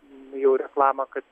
jau reklamą kad